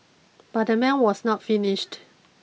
but the man was not finished